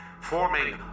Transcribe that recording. forming